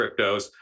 cryptos